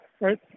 right